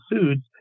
foods